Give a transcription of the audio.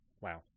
Wow